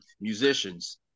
musicians